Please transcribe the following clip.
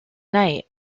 night